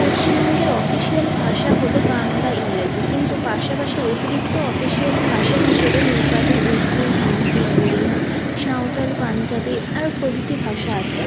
পশ্চিমবঙ্গের অফিশিয়াল ভাষা হল বাংলা ইংরেজি কিন্তু পাশাপাশি অতিরিক্ত অফিশিয়াল ভাষা হিসেবে নেপালি উর্দু হিন্দি ওড়িয়া সাঁওতাল পাঞ্জাবী আরও প্রভৃতি ভাষা আছে